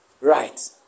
Right